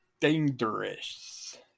dangerous